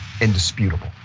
indisputable